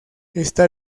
está